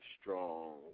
strong